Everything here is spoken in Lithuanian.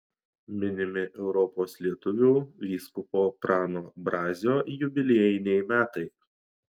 minimi europos lietuvių vyskupo prano brazio jubiliejiniai metai